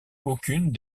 aucune